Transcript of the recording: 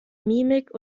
mimik